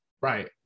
Right